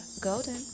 golden